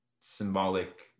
symbolic